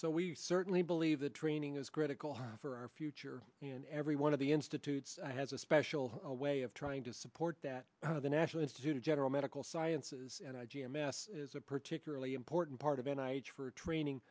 so we certainly believe the training is critical for our future and every one of the institutes has a special a way of trying to support that the national institute of general medical sciences and i g m s is a particularly important part of n i s for training